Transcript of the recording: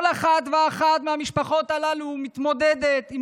כל אחת ואחת מהמשפחות הללו מתמודדת עם